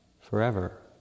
forever